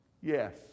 yes